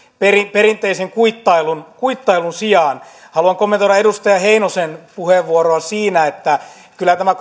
perinteisen kuittailun kuittailun sijaan haluan kommentoida edustaja heinosen puheenvuoroa siinä että kyllä tämä